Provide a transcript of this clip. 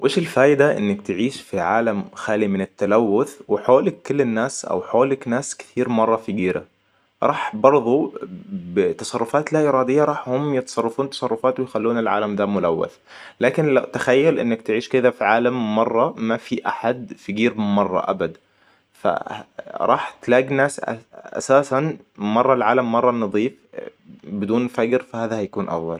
وش الفايده إنك تعيش في عالم خالي من التلوث وحولك كل الناس أو حولك ناس كثير مره فقيره راح برضو بتصرفات لاإرارديه راح هم بتصرفون تصرفات ويخلون العالم دا ملوث لاكن تخيل إنك تعيش كدا في عالم مره ما في أحد فقير مره أبد فراح تلاقي ناس اساساً مره العالم مره نضيف بدون فقر فهذا هيكون أفضل